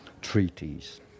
treaties